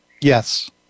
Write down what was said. Yes